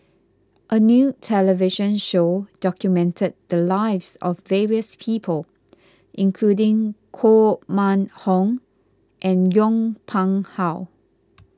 a new television show documented the lives of various people including Koh Mun Hong and Yong Pung How